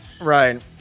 Right